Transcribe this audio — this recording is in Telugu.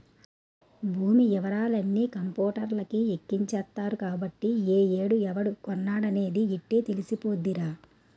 భూమి యివరాలన్నీ కంపూటర్లకి ఎక్కించేత్తరు కాబట్టి ఏ ఏడు ఎవడు కొన్నాడనేది యిట్టే తెలిసిపోద్దిరా